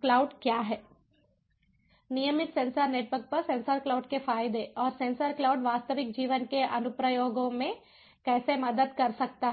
cloud क्या है नियमित सेंसर नेटवर्क पर सेंसर क्लाउड के फायदे और सेंसर क्लाउड वास्तविक जीवन के अनु प्रयोगों में कैसे मदद कर सकता है